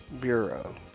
Bureau